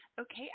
Okay